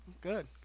good